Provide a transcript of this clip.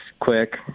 quick